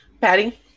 Patty